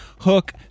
Hook